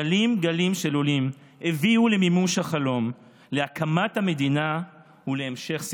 גלים-גלים של עולים הביאו למימוש החלום להקמת המדינה ולהמשך שגשוגה.